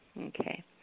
Okay